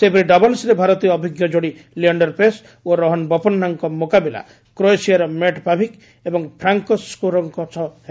ସେହିପରି ଡବଲ୍ସରେ ଭାରତୀୟ ଅଭିଜ୍ଞ ଯୋଡ଼ି ଲିଏଣ୍ଡର ପେସ୍ ଓ ରୋହନ ବୋପନ୍ନାଙ୍କ ମୁକାବିଲା କ୍ରୋଏସିଆର ମେଟ୍ ପାଭିକ୍ ଏବଂ ଫ୍ରାଙ୍କୋ ସ୍କୁଗୋରଙ୍କ ସହ ହେବ